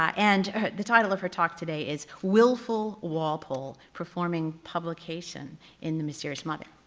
and the title of her talk today is wilful walpole performing publication in the mysterious mother.